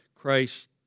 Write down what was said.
Christ